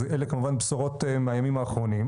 אז אלה כמובן בשורות מהימים האחרונים.